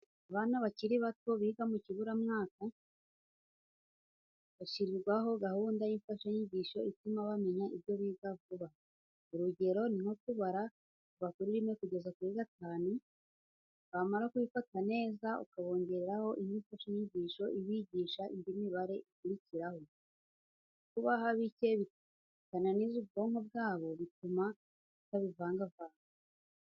Abana bakiri bato, biga mu kiburamwaka, bashyirirwaho gahunda y'imfashanyigisho ituma bamenya ibyo biga vuba. Urugero ni nko kubara kuva kuri rimwe kugera kuri gatatu. Bamara kubifata neza, ukabongereraho indi mfashanyigisho ibigisha indi mibare ikurukiraho. Uko ubaha bike bitananiza ubwonko bwabo, bituma batabivangavanga.